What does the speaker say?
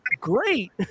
great